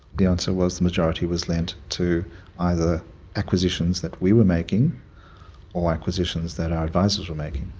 the answer was the majority was lent to either acquisitions that we were making or acquisitions that our advisors were making.